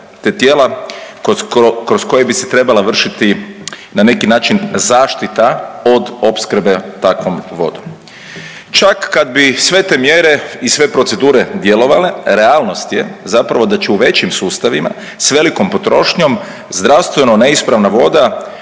te tijela kroz koja bi se trebala vršiti na neki način zaštita od opskrbe takvom vodom. Čak kad bi sve te mjere i sve procedure djelovale, realnost je zapravo da će u većim sustavima s velikom potrošnjom zdravstveno neispravna voda